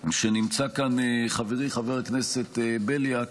שנמצא כאן חברי חבר הכנסת בליאק.